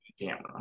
camera